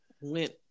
went